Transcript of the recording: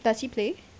does he play